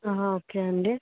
అహ ఓకే అండి